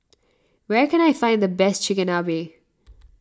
where can I find the best Chigenabe